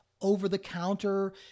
over-the-counter